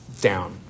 down